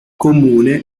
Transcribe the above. comune